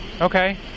Okay